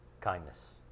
kindness